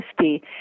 50